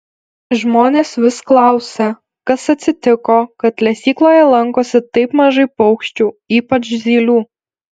žmonės vis klausia kas atsitiko kad lesykloje lankosi taip mažai paukščių ypač zylių